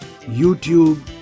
YouTube